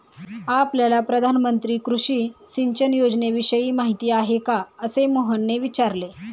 आपल्याला प्रधानमंत्री कृषी सिंचन योजनेविषयी माहिती आहे का? असे मोहनने विचारले